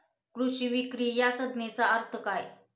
कृषी विक्री या संज्ञेचा अर्थ काय?